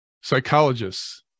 Psychologists